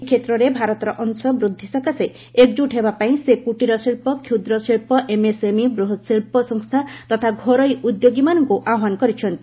ଏହି କ୍ଷେତ୍ରରେ ଭାରତର ଅଂଶ ବୃଦ୍ଧି ସକାଶେ ଏକଜୁଟ ହେବାପାଇଁ ସେ କୂଟୀରଶିଳ୍ପ କ୍ଷୁଦ୍ରଶିଳ୍ପ ଏମ୍ଏସ୍ଏମ୍ଇ ବୃହତ୍ତ ଶିଳ୍ପ ସଂସ୍ଥା ତଥା ଘରୋଇ ଉଦ୍ୟୋଗୀମାନଙ୍କୁ ଆହ୍ୱାନ କରିଛନ୍ତି